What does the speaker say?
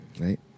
right